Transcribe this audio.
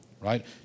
right